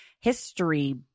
history